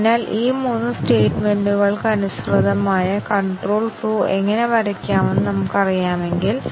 അതിനാൽ ആറ്റോമിക് അവസ്ഥ ശരിയിൽ നിന്ന് തെറ്റായി മാറുമ്പോൾ തീരുമാനം മാറുന്നുവെന്ന് നമുക്ക് പറയാൻ കഴിയും